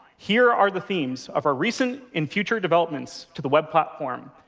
here are the themes of our recent and future developments to the web platform.